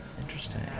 Interesting